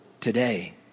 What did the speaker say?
today